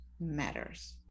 matters